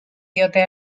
diote